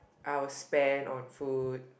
I will spend on food